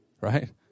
right